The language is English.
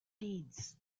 deeds